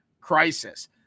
crisis